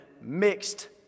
mixed